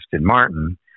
Martin